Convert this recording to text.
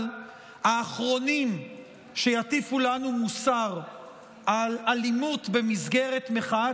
אבל האחרונים שיטיפו לנו מוסר על אלימות במסגרת מחאה